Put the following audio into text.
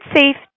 safe